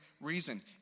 reason